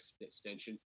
extension